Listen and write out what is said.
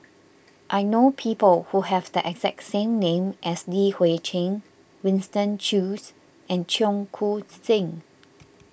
I know people who have the exact same name as Li Hui Cheng Winston Choos and Cheong Koon Seng